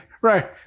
right